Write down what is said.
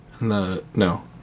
No